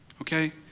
Okay